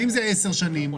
ואם זה 10 שנים?